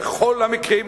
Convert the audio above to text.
בכל המקרים,